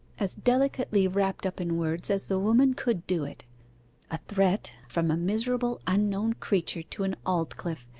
as delicately wrapped up in words as the woman could do it a threat from a miserable unknown creature to an aldclyffe,